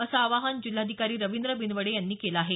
असं आवाहन जिल्हाधिकारी रवींद्र बिनवडे यांनी केलं आहे